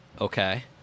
Okay